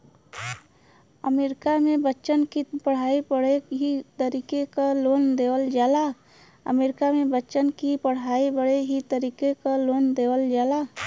अमरीका मे बच्चन की पढ़ाई बदे ई तरीके क लोन देवल जाला